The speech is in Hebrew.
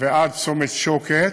עד צומת שוקת,